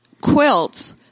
quilts